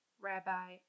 Rabbi